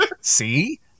See